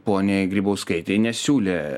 poniai grybauskaitei nesiūlė